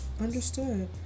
Understood